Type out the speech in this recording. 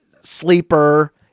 sleeper